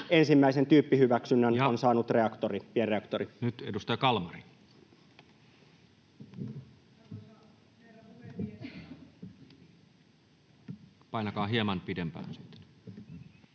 ensimmäisen tyyppihyväksynnän on saanut pienreaktori. Ja nyt edustaja Kalmari. Arvoisa herra puhemies...